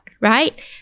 right